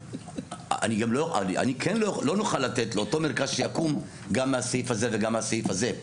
לא נוכל לתת לאותו מרכז שיקום גם מהסעיף הזה וגם מהסעיף הזה.